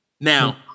Now-